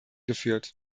geführt